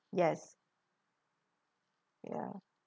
yes ya